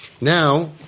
Now